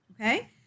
okay